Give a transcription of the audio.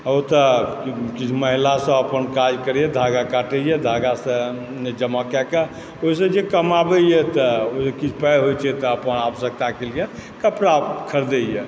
ओतऽ किछु महिला सब अपन काज करैया धागा काटैया धागा सब जमा कए कऽ ओहिसँ जे कमाबैया तऽ ओहि सँ किछु पाइ होइ छै तऽ अपना आवश्यक्ताके लिये कपड़ा खरिदैए